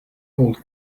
old